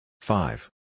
Five